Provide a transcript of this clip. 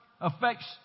affects